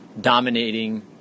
dominating